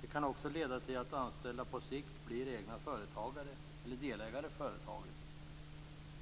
Det kan även leda till att anställda på sikt blir egna företagare eller delägare i företaget.